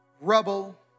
rubble